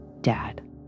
Dad